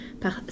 par